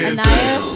Anaya